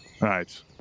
Right